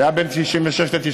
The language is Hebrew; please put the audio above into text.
זה היה בין 1996 ל-1999,